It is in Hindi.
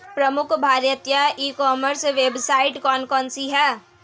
प्रमुख भारतीय ई कॉमर्स वेबसाइट कौन कौन सी हैं?